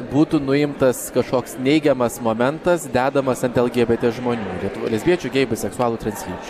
būtų nuimtas kažkoks neigiamas momentas dedamas ant lgbt žmonių lietuvoje lesbiečių gėjų biseksualų translyčių